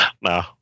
No